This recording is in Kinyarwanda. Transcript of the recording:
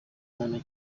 muntu